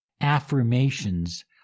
affirmations